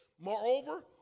Moreover